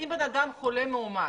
אם בן אדם חולה מאומת